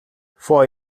vor